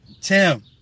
Tim